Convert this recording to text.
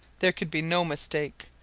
there could be no mistake.